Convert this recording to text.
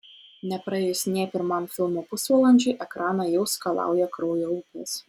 nepraėjus nė pirmam filmo pusvalandžiui ekraną jau skalauja kraujo upės